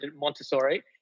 Montessori